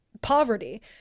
poverty